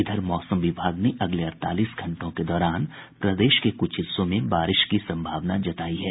इधर मौसम विभाग ने अगले अड़तालीस घंटों के दौरान प्रदेश के कुछ हिस्सों में बारिश की संभावना जतायी है